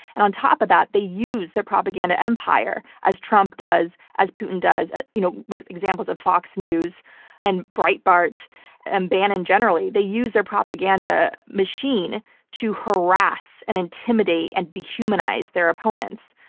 and on top of that, they use their propaganda empire, as trump does, as putin does, you know with examples of fox news and breitbart and bannon, generally, they use their propaganda machine to harass and intimidate and dehumanize their opponents.